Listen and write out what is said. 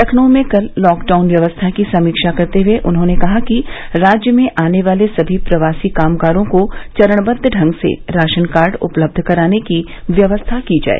लखनऊ में कल लॉकडाउन व्यवस्था की समीक्षा करते हए उन्होंने कहा कि राज्य में आने वाले सभी प्रवासी कामगारों को चरणबद्ध ढंग से राशन कार्ड उपलब्ध कराने की व्यवस्था की जाए